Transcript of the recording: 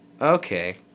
Okay